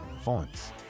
fonts